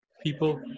people